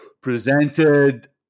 presented